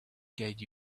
guide